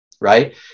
Right